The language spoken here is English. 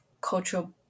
Cultural